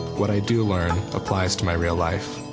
what i do learn applies to my real life.